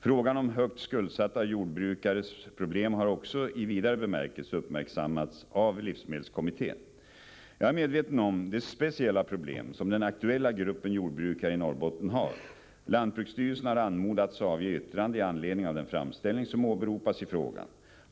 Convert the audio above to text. Frågan om högt skuldsatta jordbrukares problem har också, i vidare bemärkelse, uppmärksammats av livsmedelskommittén. Jag är medveten om de speciella problem som den aktuella gruppen jordbrukare i Norrbotten har. Lantbruksstyrelsen har anmodats avge yttrande i anledning av den framställning som åberopas i frågan.